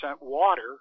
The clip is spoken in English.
water